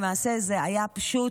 למעשה זו פשוט